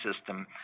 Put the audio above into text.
system